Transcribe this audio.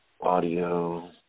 audio